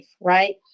right